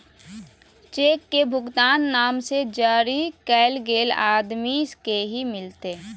cheque के भुगतान नाम से जरी कैल गेल आदमी के ही मिलते